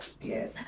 Yes